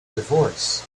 divorce